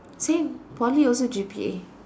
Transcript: same Poly also G_P_A